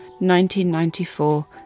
1994